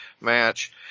match